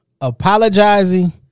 apologizing